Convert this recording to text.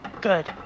Good